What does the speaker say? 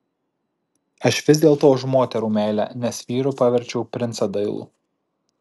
aš vis dėlto už moterų meilę nes vyru paverčiau princą dailų